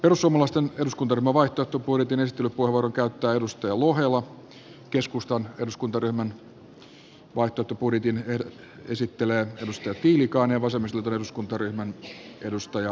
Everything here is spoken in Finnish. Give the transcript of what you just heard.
perussuomalaisten eduskuntaryhmän vaihtoehtobudjetin esittelypuheenvuoron käyttää kaj turunen keskustan eduskuntaryhmän vaihtoehtobudjetin esittelee kimmo tiilikainen ja vasemmistoliiton eduskuntaryhmän kari uotila